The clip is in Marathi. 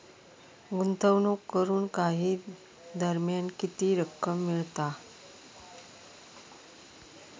गुंतवणूक करून काही दरम्यान किती रक्कम मिळता?